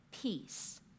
peace